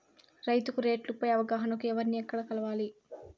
రైతుకు రేట్లు పై అవగాహనకు ఎవర్ని ఎక్కడ కలవాలి?